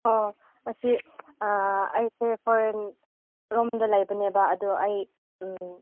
ꯑꯣ ꯑꯁꯤ ꯑꯩꯁꯦ ꯐꯣꯔꯦꯟ ꯔꯣꯝꯗ ꯂꯩꯕꯅꯦꯕ ꯑꯗꯨ ꯑꯩ